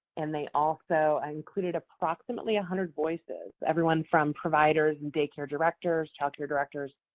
and they also and included approximately a hundred voices, everyone from providers and day care directors, child care directors,